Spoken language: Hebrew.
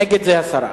נגד, זה הסרה.